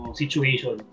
situation